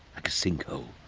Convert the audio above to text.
like a sinkhole,